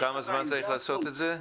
כל כמה זמן צריך לעשות את זה?